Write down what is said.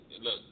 look